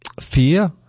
fear